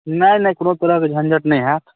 नहि नहि कोनो तरहके झञ्झट नहि हएत